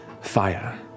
fire